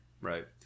Right